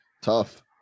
Tough